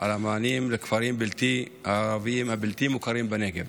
על המענים לכפרים הערביים הבלתי-מוכרים בנגב